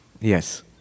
Yes